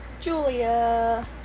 julia